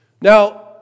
Now